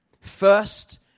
First